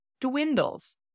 dwindles